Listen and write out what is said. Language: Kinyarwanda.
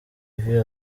ivi